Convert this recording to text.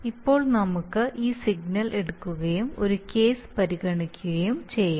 ഇപ്പോൾ നമുക്ക് ഈ സിഗ്നൽ എടുക്കുകയും ഒരു കേസ് പരിഗണിക്കുകയും ചെയ്യാം